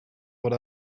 what